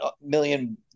million